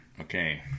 Okay